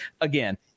again